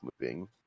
moving